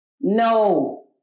no